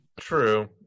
True